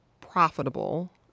profitable